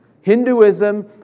Hinduism